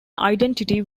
identity